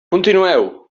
continueu